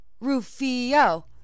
rufio